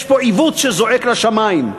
יש פה עיוות שזועק לשמים.